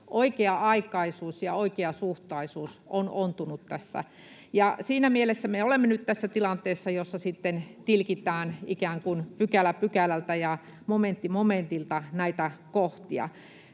oikea-aikaisuus ja oikeasuhtaisuus — on ontunut tässä. Siinä mielessä me olemme nyt tässä tilanteessa, jossa sitten tilkitään ikään kuin pykälä pykälältä ja momentti momentilta näitä kohtia.